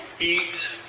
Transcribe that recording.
eat